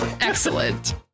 Excellent